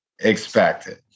expected